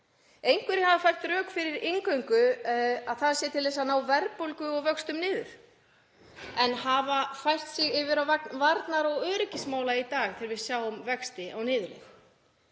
Einhverjir hafa fært þau rök fyrir inngöngu að það sé til þess að ná verðbólgu og vöxtum niður, en hafa fært sig yfir á vagn varnar- og öryggismála í dag þegar við sjáum vexti á niðurleið.